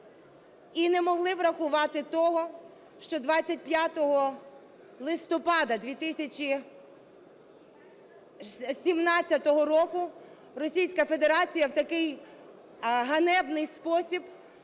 і не могли врахувати того, що 25 листопада 2017 року Російська Федерація в такий ганебний спосіб